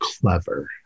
clever